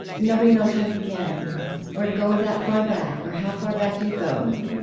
nobody knows how to begin or to go that far back, or, how far back do you go?